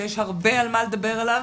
שיש הרבה על מה לדבר עליו.